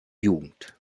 jugend